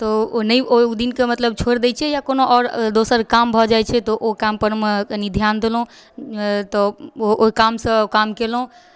तऽ नहि मतलब ओहि दिनके हम छोड़ि दै छियै या कोनो आओर दोसर काम भऽ जाइ छै तऽ ओ काम परमे कनि ध्यान देलहुँ तऽ ओहि कामसँ ओ काम केलहुँ